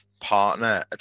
partner